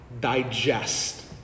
digest